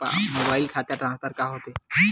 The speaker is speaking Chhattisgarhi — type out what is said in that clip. मोबाइल खाता ट्रान्सफर का होथे?